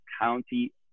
County